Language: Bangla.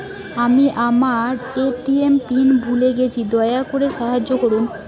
আমি আমার এ.টি.এম পিন ভুলে গেছি, দয়া করে সাহায্য করুন